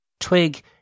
Twig